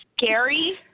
scary